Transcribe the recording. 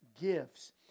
gifts